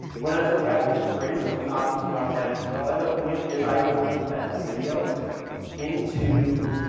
what ends up happening is grading is obviously automatic. what i'll end up doing is i will embed the video into